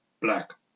Black